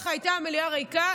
המליאה הייתה ריקה,